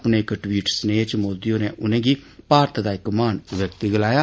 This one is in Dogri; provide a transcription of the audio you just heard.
अपने इक टवीट च मोदी होरें उनेंगी भारत दा इक महान व्यक्ति गलाया